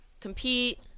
compete